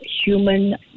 human